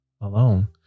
alone